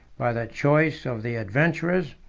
by the choice of the adventurers,